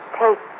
take